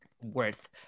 Worth